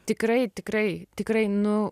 tikrai tikrai tikrai nu